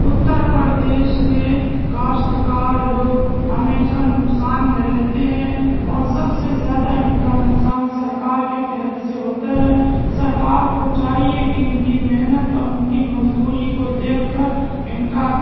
اتر پردیش کے کاشتکار لوگ ہمیشہ نقصان میں رہتے ہیں اور سب سے زیادہ ان کا نقصان سرکار کے تحت سے ہوتا ہے سرکار کو چاہیے کہ ان کی محنت اور ان کی مزدوری کو دیکھ کر ان کا